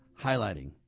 highlighting